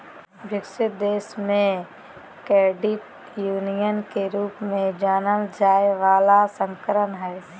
विकसित देश मे क्रेडिट यूनियन के रूप में जानल जाय बला संस्करण हइ